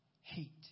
Hate